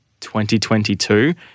2022